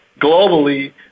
globally